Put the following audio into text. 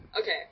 Okay